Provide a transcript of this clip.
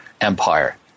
empire